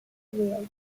wills